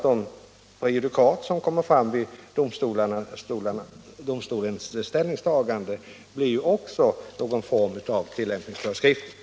De prejudikat som kommer fram vid försäkringsdomstolens ställningstaganden blir också en form av tillämpningsföreskrifter.